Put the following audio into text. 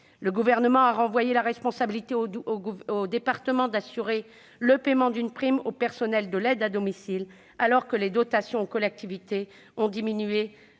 Le Gouvernement a renvoyé aux départements la responsabilité d'assurer le paiement d'une prime aux personnels de l'aide à domicile, alors que les dotations aux collectivités ont diminué